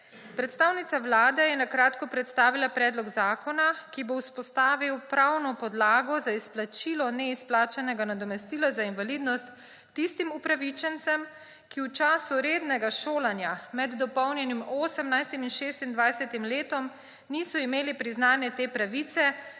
Predstavnica Vlade je na kratko predstavila predlog zakona, ki bo vzpostavil pravno podlago za izplačilo neizplačanega nadomestila za invalidnost tistim upravičencem, ki v času rednega šolanja med dopolnjenim 18. in 26. letom niso imeli priznane te pravice,